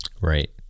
Right